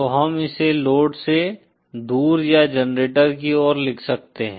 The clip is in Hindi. तो हम इसे लोड से दूर या जनरेटर की ओर लिख सकते हैं